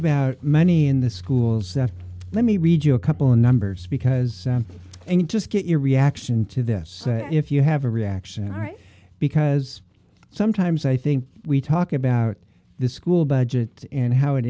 about many in the schools let me read you a couple of numbers because and just get your reaction to this if you have a reaction right because sometimes i think we talk about the school budgets and how it